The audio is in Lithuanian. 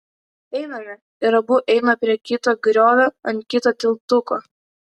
einame ir abu eina prie kito griovio ant kito tiltuko